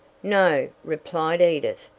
no, replied edith,